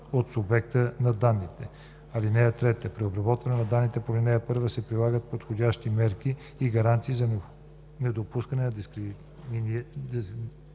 от субекта на данните. (3) При обработване на данни по ал. 1 се прилагат подходящи мерки и гаранции за недопускане на дискриминация